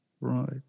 Right